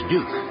Duke